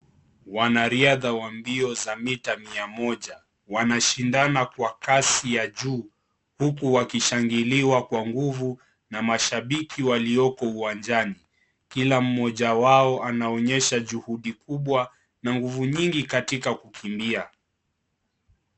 Wanariadha wa mbio za mita mia moja wanashindana kwa kasi ya juu huku wakishangiliwa kwa nguvu na mashabiki walioko uwanjani. Kila mmoja wao anaonyesha juhudi kubwa na nguvu nyingi katika kukimbia.